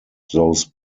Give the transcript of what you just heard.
those